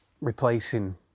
replacing